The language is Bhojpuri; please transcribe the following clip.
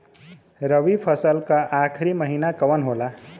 रवि फसल क आखरी महीना कवन होला?